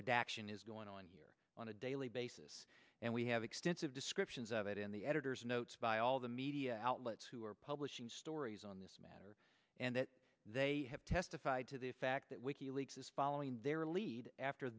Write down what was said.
redaction is going on here on a daily basis and we have extensive descriptions of it in the editor's notes by all the media outlets who are publishing stories on this matter and that they have testified to the fact that wiki leaks is following their lead after